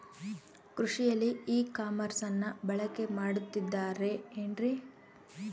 ಕೃಷಿಯಲ್ಲಿ ಇ ಕಾಮರ್ಸನ್ನ ಬಳಕೆ ಮಾಡುತ್ತಿದ್ದಾರೆ ಏನ್ರಿ?